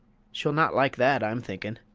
she'll not like that, i'm thinkin'.